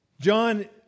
John